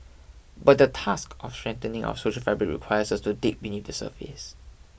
but the task of strengthening our social fabric requires us to dig beneath the surface